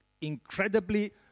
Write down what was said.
incredibly